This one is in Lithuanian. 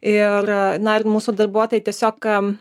ir a na ir mūsų darbuotojai tiesiog am